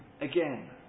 Again